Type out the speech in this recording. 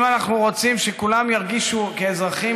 אם אנחנו רוצים שכולם ירגישו כאזרחים